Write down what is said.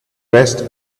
rest